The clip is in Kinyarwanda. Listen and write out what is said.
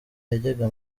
yajyaga